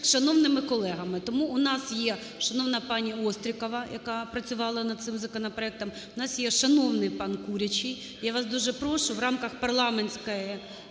шановними колегами. Тому в нас є шановна пані Острікова, яка працювала над цим законопроектом, в нас є шановний пан Курячий, я вас дуже прошу в рамках парламентської